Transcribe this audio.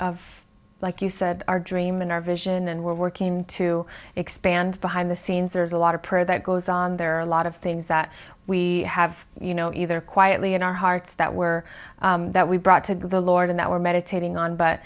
of like you said our dream and our vision and we're working to expand behind the scenes there's a lot of prayer that goes on there are a lot of things that we have you know either quietly in our hearts that were that we brought to the lord in that were meditating on but